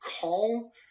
call